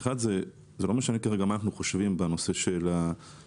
זה לא משנה כרגע מה אנחנו חושבים שבנושא של המציאות,